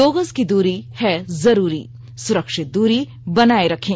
दो गज की दूरी है जरूरी सुरक्षित दूरी बनाए रखें